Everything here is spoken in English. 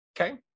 Okay